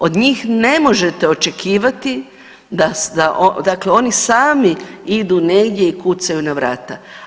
Od njih ne možete očekivati, dakle oni sami idu negdje i kucaju na vrata.